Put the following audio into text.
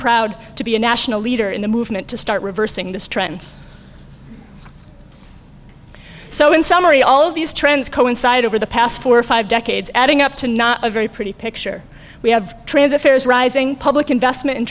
proud to be a national leader in the movement to start reversing this trend so in summary all of these trends coincide over the past four or five decades adding up to not a very pretty picture we have transit fares rising public investment in